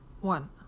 one